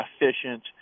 efficient